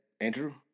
Andrew